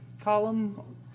column